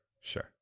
sure